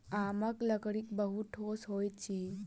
आमक लकड़ी बहुत ठोस होइत अछि